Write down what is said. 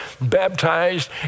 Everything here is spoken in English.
baptized